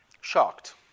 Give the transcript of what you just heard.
shocked